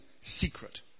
secret